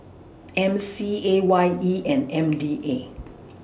M C A Y E and M D A